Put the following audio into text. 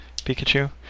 Pikachu